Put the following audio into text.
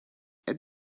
add